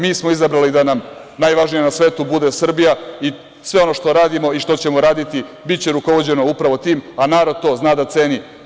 Mi smo izabrali da nam najvažnija na svetu bude Srbija i sve ono što radimo i što ćemo raditi, biće rukovođeno upravo tim, a narod to zna da ceni.